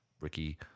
Ricky